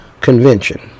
convention